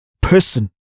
person